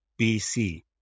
BC